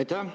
Aitäh!